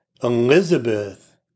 Elizabeth